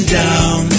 down